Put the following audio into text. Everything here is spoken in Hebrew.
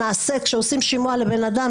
כשעושים שימוע לבן אדם,